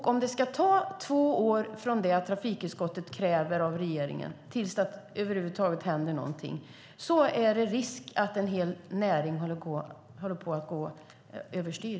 Om det ska ta två år från det att trafikutskottet kräver handling av regeringen till att det över huvud taget händer någonting finns risken att en hel näring går över styr.